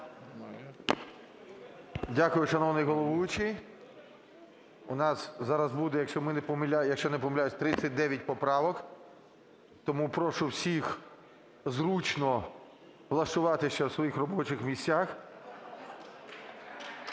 Дякую, шановний головуючий. У нас зараз буде, якщо я не помиляюся, 39 поправок. Тому прошу всіх зручно влаштуватися в своїх робочих місцях